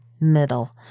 middle